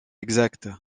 exact